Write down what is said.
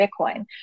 Bitcoin